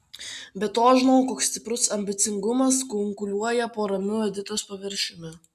be to aš žinojau koks stiprus ambicingumas kunkuliuoja po ramiu editos paviršiumi